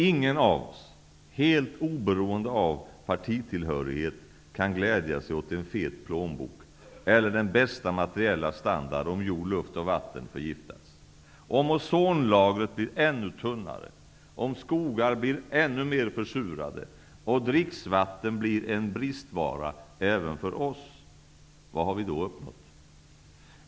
Ingen av oss, helt oberoende av partitillhörighet, kan glädja sig åt en fet plånbok eller den bästa materiella standard om jord, luft och vatten förgiftas. Om ozonlagret blir ännu tunnare, om skogar blir mer försurade och dricksvatten blir en bristvara även för oss, vad har vi då uppnått?